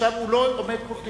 עכשיו הוא לא עומד פה,